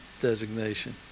designation